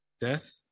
Death